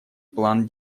план